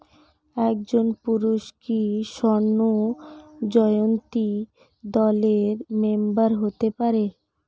একজন পুরুষ কি স্বর্ণ জয়ন্তী দলের মেম্বার হতে পারে?